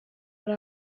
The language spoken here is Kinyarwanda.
hari